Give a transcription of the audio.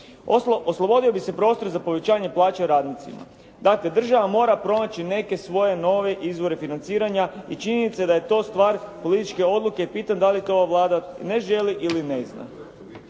Oslobodio bi se prostor za povećanje plaće radnicima. Dakle država mora pronaći neke svoje nove izvore financiranja i činjenica je da je to stvar političke odluke i pitanje je da li to ova Vlada ne želi ili ne zna.